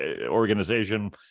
organization